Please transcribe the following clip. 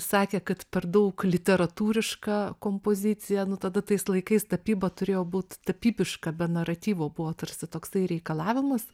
sakė kad per daug literatūriška kompozicija nu tada tais laikais tapyba turėjo būt tapybiška be naratyvo buvo tarsi toksai reikalavimas